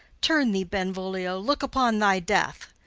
turn thee benvolio! look upon thy death.